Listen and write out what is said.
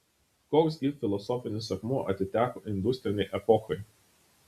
koks gi filosofinis akmuo atiteko industrinei epochai